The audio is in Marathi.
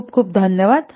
खूप खूप धन्यवाद